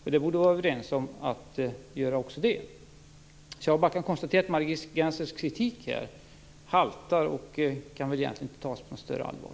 Vi borde vara överens om att göra också det. Jag kan bara konstatera att Margit Gennsers kritik haltar och egentligen inte kan tas på något större allvar.